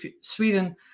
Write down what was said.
sweden